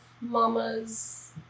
mama's